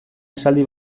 esaldi